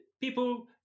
people